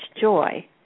joy